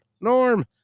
norm